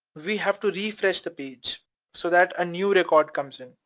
we have to refresh the page so that a new record comes in,